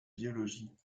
biologie